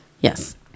Yes